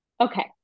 Okay